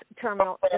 terminal